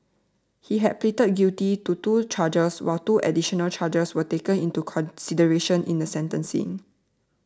he had pleaded guilty to two charges while two additional charges were taken into consideration in the sentencing